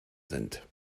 sind